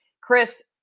Chris